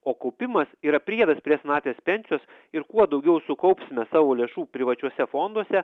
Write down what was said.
o kaupimas yra priedas prie senatvės pensijos ir kuo daugiau sukaupsime savo lėšų privačiuose fonduose